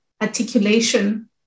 articulation